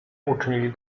uczynili